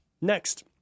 Next